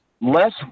less